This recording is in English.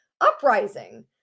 uprising